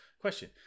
question